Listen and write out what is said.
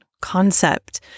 concept